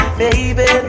baby